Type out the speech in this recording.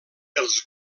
els